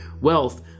wealth